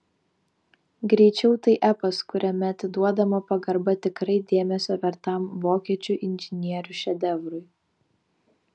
greičiau tai epas kuriame atiduodama pagarba tikrai dėmesio vertam vokiečių inžinierių šedevrui